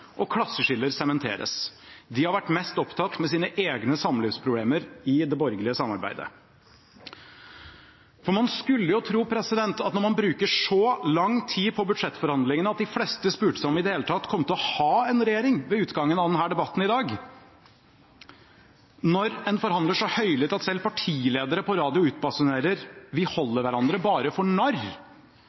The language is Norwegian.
og klasseskiller sementeres. De har vært mest opptatt med sine egne samlivsproblemer i det borgerlige samarbeidet. Når en brukte så lang tid på budsjettforhandlingene at de fleste spurte seg om vi i det hele tatt kom til å ha en regjering ved utgangen av denne debatten i dag, når en forhandlet så høylytt at selv partiledere på radio utbasunerte: «Vi holder hverandre for